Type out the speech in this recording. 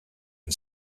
and